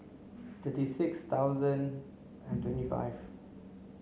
thirty six thousand and twenty five